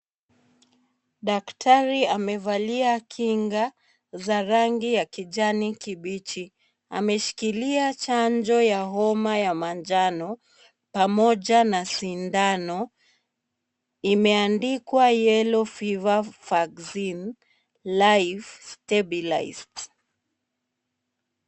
Daktari amevalia kinga za rangi ya kijani kibichi. Ameshikilia chanjo ya homa ya manjano, pamoja na sindano imeandikwa yellow fever vaccine, live stabilized .